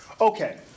Okay